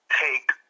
take